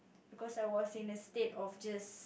because I was in a state of just